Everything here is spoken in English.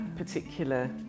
particular